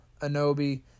Anobi